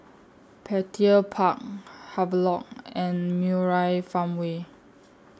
Petir Park Havelock and Murai Farmway